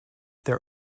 there